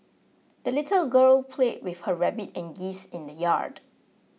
the little girl played with her rabbit and geese in the yard